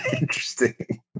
Interesting